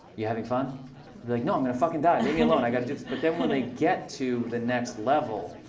you having fun? they're like, no. i'm going to fucking die. leave me alone. i've got to do but then when they get to the next level,